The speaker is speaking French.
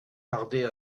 tarder